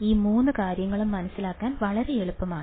ഈ മൂന്ന് കാര്യങ്ങളും മനസിലാക്കാൻ വളരെ എളുപ്പമാണ്